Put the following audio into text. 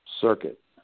circuit